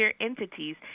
entities